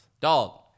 Dog